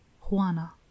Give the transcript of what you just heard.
juana